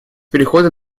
перехода